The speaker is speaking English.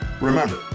Remember